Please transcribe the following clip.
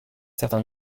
certain